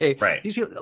Right